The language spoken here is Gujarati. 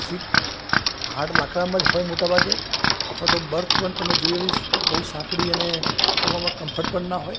સીટ હાર્ડ લાકડામાં જ હોય મોટા ભાગે અથવા તો બર્થ પણ તમે જોઈએ એવી બહુ સાંકડી અને સુવામાં કમ્ફર્ટ પણ ના હોય